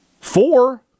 four